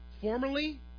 Formerly